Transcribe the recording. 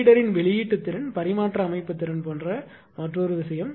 ஃபீடரின் வெளியீட்டுத் திறன் பரிமாற்ற அமைப்பு திறன் போன்ற மற்றொரு விஷயம்